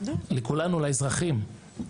לכולנו לאזרחים.